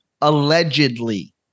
allegedly